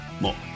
more